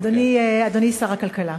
אדוני שר הכלכלה,